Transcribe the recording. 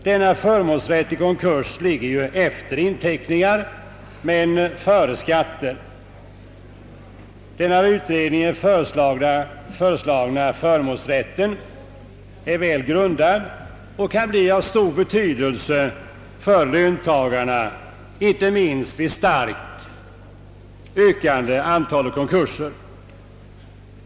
Denna förmånsrätt i konkurs ligger ju efter inteckningar men före skatter. Den av utredningen föreslagna förmånsrätten är väl grundad och kan bli av stor betydelse för löntagarna, inte minst med tanke på det starkt ökande antalet konkurser.